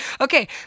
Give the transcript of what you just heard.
Okay